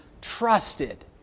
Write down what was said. trusted